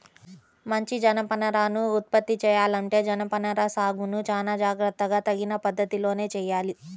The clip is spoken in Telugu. మంచి జనపనారను ఉత్పత్తి చెయ్యాలంటే జనపనార సాగును చానా జాగర్తగా తగిన పద్ధతిలోనే చెయ్యాలి